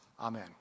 Amen